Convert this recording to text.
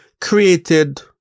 created